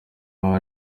abo